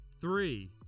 three